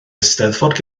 eisteddfod